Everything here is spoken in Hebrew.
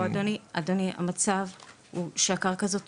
אדוני, המצב הוא שהקרקע הזו תפוסה,